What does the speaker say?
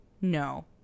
No